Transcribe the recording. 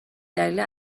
دلیل